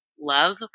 love